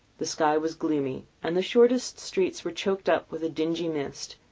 the sky was gloomy, and the shortest streets were choked up with a dingy mist,